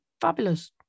fabulous